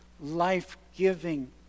life-giving